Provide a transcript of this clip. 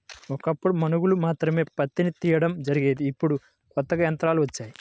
ఒకప్పుడు మనుషులు మాత్రమే పత్తిని తీయడం జరిగేది ఇప్పుడు కొత్తగా యంత్రాలు వచ్చాయి